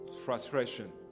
Frustration